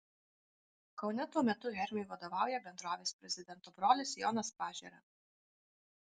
kaune tuo metu hermiui vadovauja bendrovės prezidento brolis jonas pažėra